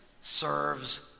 serves